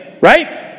right